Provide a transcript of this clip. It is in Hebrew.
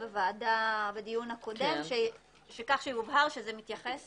בוועדה בדיון הקודם כך שיובהר שזה מתייחס